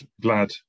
glad